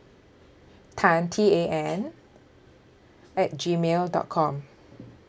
tan T A N at Gmail dot com